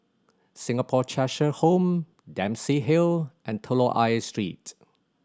Singapore Cheshire Home Dempsey Hill and Telok Ayer Street